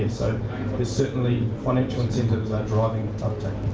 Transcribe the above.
so there's certainly financial incentives are driving uptake.